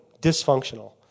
dysfunctional